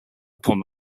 upon